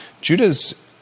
Judah's